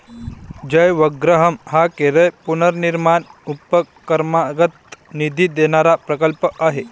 जयवग्रहम हा केरळ पुनर्निर्माण उपक्रमांतर्गत निधी देणारा प्रकल्प आहे